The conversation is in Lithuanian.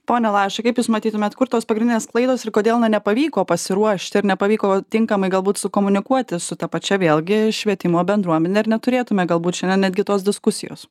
pone lašai kaip jūs matytumėt kur tos pagrindinės klaidos ir kodėl na nepavyko pasiruošti ar nepavyko tinkamai galbūt sukomunikuoti su ta pačia vėlgi švietimo bendruomene ir neturėtume galbūt šiandien netgi tos diskusijos